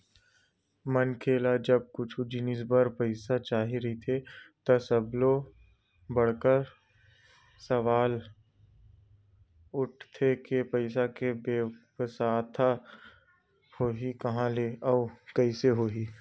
मनखे ल जब कुछु जिनिस बर पइसा चाही रहिथे त सबले बड़का सवाल उठथे के पइसा के बेवस्था होही काँहा ले अउ कइसे होही